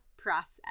process